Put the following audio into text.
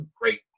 great